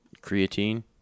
Creatine